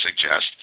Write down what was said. suggest